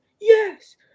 yes